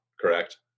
correct